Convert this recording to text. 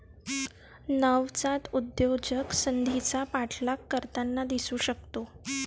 नवजात उद्योजक संधीचा पाठलाग करताना दिसू शकतो